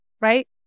Right